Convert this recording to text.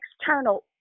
external